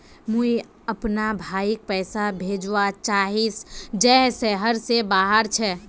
मुई अपना भाईक पैसा भेजवा चहची जहें शहर से बहार छे